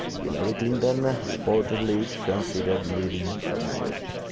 hillary clinton reportedly considered leaving her marriage.